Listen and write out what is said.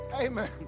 Amen